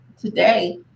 today